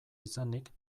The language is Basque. izanik